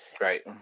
Right